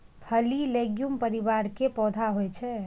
फली लैग्यूम परिवार के पौधा होइ छै